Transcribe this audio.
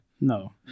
No